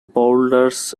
boulders